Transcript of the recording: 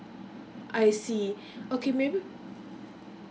I see okay maybe